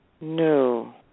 No